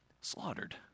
slaughtered